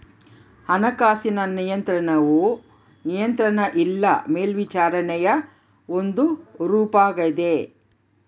ಹಣಕಾಸಿನ ನಿಯಂತ್ರಣವು ನಿಯಂತ್ರಣ ಇಲ್ಲ ಮೇಲ್ವಿಚಾರಣೆಯ ಒಂದು ರೂಪಾಗೆತೆ